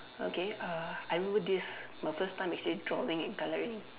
okay uh I remember this my first time actually drawing and colouring